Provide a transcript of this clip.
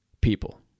people